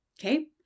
Okay